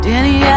Danny